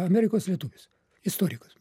amerikos lietuvis istorikas